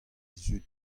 zud